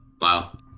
Wow